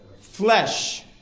flesh